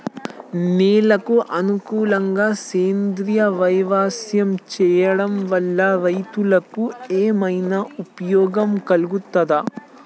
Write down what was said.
నేలకు అనుకూలంగా సేంద్రీయ వ్యవసాయం చేయడం వల్ల రైతులకు ఏమన్నా ఉపయోగం కలుగుతదా?